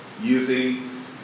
using